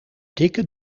dikke